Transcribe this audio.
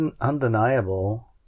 undeniable